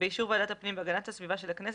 ובאישור ועדת הפנים והגנת הסביבה של הכנסת,